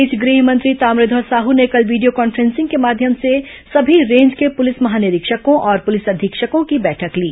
इस बीच गृह मंत्री ताम्रध्वज साहू ने कल वीडियो कॉन्फ्रेंसिंग के माध्यम से सभी रेंज के प्रलिस महानिरीक्षकों और पुलिस अधीक्षकों की बैठक ली